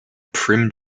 prim